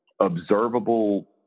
observable